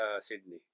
Sydney